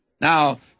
Now